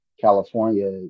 California